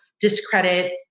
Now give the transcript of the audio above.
discredit